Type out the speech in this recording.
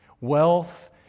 Wealth